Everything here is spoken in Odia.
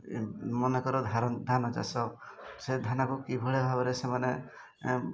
ମନେକର ଧାନ ଧାନ ଚାଷ ସେ ଧାନକୁ କିଭଳି ଭାବରେ ସେମାନେ